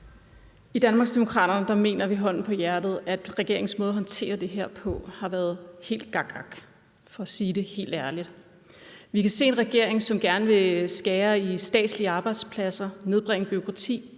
I Danmarksdemokraterne mener vi, hånden på hjertet, at regeringens måde at håndtere det her på har været helt gakgak, for at sige det helt ærligt. Vi kan se en regering, som gerne vil skære i statslige arbejdspladser, nedbringe bureaukrati